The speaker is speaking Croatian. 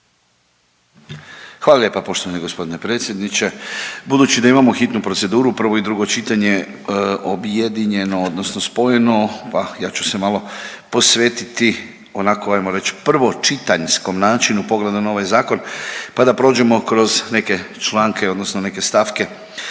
Hvala lijepa poštovani g. predsjedniče. Budući da imamo hitnu proceduru, prvo i drugo čitanje objedinjeno odnosno spojeno ja ću se malo posvetiti onako ajmo reć prvočitanjskom načinu pogleda na ovaj zakon, pa da prođemo kroz neke članke odnosno neke stavke.